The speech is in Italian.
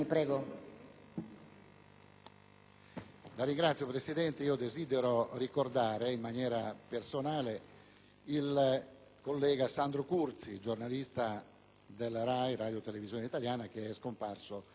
Signora Presidente, desidero ricordare in maniera personale il collega Sandro Curzi, giornalista della RAI, Radiotelevisione italiana, scomparso nell'ultimo fine settimana.